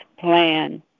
plan